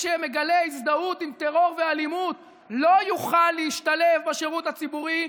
שמגלה הזדהות עם טרור ואלימות לא יוכל להשתלב בשירות הציבורי,